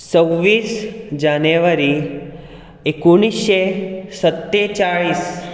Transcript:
सव्वीस जानेवारी एकुणशे सत्तेचाळीस